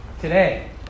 today